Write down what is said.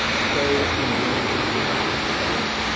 so, you know, you're not looking at happy events.